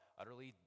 utterly